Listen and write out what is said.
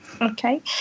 Okay